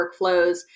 workflows